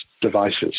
devices